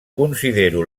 considero